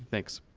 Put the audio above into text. thanks